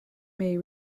may